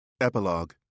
Epilogue